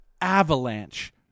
avalanche